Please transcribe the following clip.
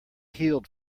healed